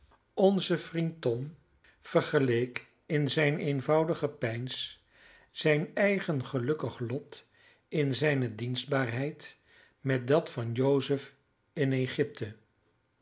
onze vriend tom vergeleek in zijn eenvoudig gepeins zijn eigen gelukkig lot in zijne dienstbaarheid met dat van jozef in egypte